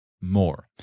more